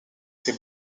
ses